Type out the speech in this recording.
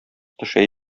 төшә